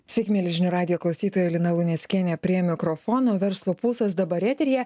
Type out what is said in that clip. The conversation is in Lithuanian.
sveiki mieli žinių radijo klausytojai lina luneckienė prie mikrofono verslo pulsas dabar eteryje